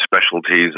specialties